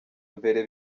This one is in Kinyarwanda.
mbere